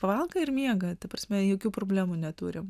pavalgo ir miega ta prasme jokių problemų neturime